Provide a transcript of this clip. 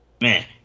man